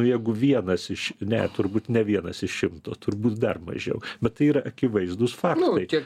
jeigu vienas iš ne turbūt ne vienas iš šimto turbūt dar mažiau bet tai yra akivaizdūs faktai